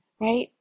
right